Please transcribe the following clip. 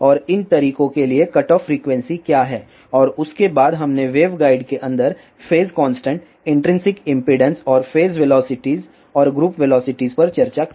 और इन तरीकों के लिए कटऑफ फ्रीक्वेंसी क्या है और उसके बाद हमने वेवगाइड के अंदर फेज कांस्टेंट इन्ट्रिंसिक इम्पीडेन्स और फेज वेलोसिटीज और ग्रुप वेलोसिटीज पर चर्चा की